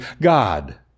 God